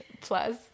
plus